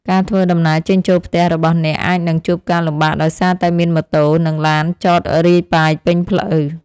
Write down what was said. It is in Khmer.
ការធ្វើដំណើរចេញចូលផ្ទះរបស់អ្នកអាចនឹងជួបការលំបាកដោយសារតែមានម៉ូតូ និងឡានចតរាយប៉ាយពេញផ្លូវ។